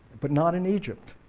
but not in egypt,